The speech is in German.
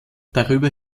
darüber